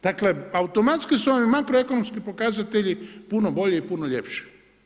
Dakle, automatski su vam makroekonomski pokazatelji puno bolji i puno ljepši.